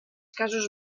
casos